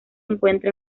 encuentra